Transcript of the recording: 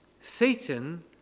Satan